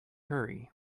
hurry